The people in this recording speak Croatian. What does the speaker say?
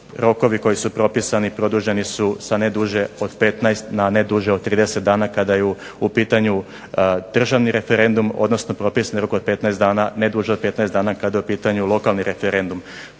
rokovi koji su propisani produženi sa ne duže od 15 na ne duže od 30 dana kada je u pitanju državni referendum odnosno propisani rok od 15 dana ne duže od 15 dana kada je u pitanju lokalni referendum.